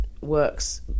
works